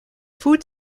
food